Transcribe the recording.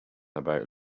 about